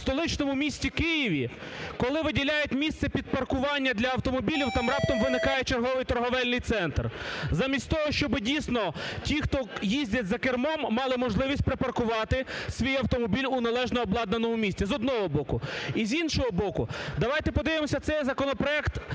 в столичному місті Києві, коли виділяють місце під паркування автомобілів, там раптом виникає черговий торговельний центр. Замість того, щоби дійсно ті, хто їздять за кермом, мали можливість припаркувати свій автомобіль у належно обладнаному місці. З одного боку. І з іншого боку, давайте подивимося цей законопроект